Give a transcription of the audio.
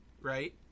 right